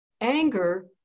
anger